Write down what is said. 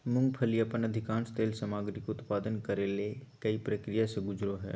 मूंगफली अपन अधिकांश तेल सामग्री के उत्पादन करे ले कई प्रक्रिया से गुजरो हइ